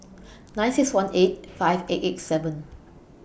nine six one eight five eight eight seven